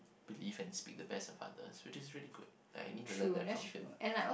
believe and speak the best of others which is very good and I need to learn that from him